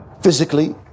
Physically